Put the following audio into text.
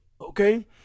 Okay